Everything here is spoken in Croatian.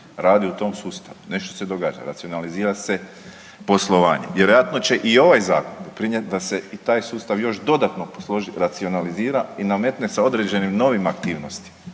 radi u tom sustavu. Nešto se događa. Racionalizira se poslovanje. Vjerojatno će i ovaj zakon doprinijeti da se i taj sustav još dodatno posloži, racionalizira i nametne sa određenim novim aktivnostima.